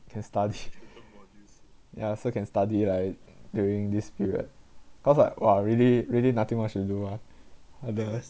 can study yeah so can study right during this period cause like !wah! really really nothing much to do ah others